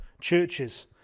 churches